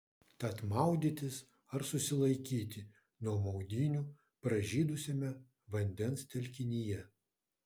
tad maudytis ar susilaikyti nuo maudynių pražydusiame vandens telkinyje